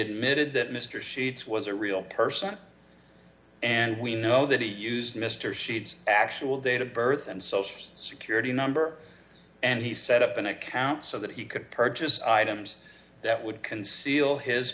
admitted that mr sheets was a real person and we know that he used mr sheets actual date of birth and social security number and he set up an account so that he could purchase items that would conceal his